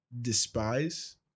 despise